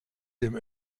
dem